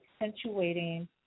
accentuating